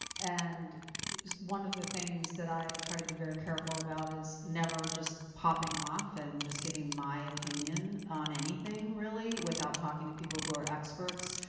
and one of the things that i try to be very careful about is never just popping off and just giving my opinion on anything really without talking to people who are experts.